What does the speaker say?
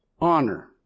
honor